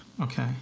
okay